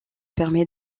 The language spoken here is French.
permet